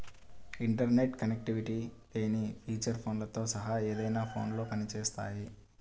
internet connectivity లేని feature ఫోన్లతో సహా ఏదైనా ఫోన్లో పని చేస్తాయి